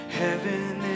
heaven